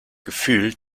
gefühl